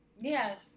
Yes